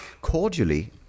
cordially